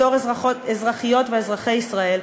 בתור אזרחיות ואזרחי ישראל,